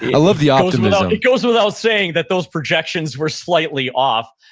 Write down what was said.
i love the optimism it goes without saying that those projections were slightly off.